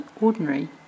ordinary